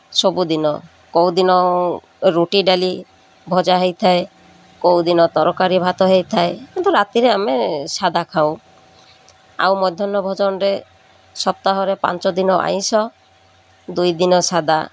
ସବୁଦିନ କେଉଁ ଦିନ ରୁଟି ଡାଲି ଭଜା ହୋଇଥାଏ କେଉଁ ଦିନ ତରକାରୀ ଭାତ ହୋଇଥାଏ କିନ୍ତୁ ରାତିରେ ଆମେ ସାଦା ଖାଉ ଆଉ ମଧ୍ୟାହ୍ନ ଭୋଜନରେ ସପ୍ତାହରେ ପାଞ୍ଚ ଦିନ ଆଇଁଷ ଦୁଇ ଦିନ ସାଦା